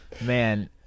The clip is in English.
Man